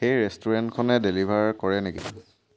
সেই ৰেষ্টুৰেণ্টখনে ডেলিভাৰ কৰে নেকি